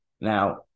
Now